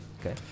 Okay